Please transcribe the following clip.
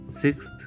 Sixth